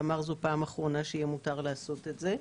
ואמר שזאת הפעם האחרונה שיהיה מותר לעשות את זה,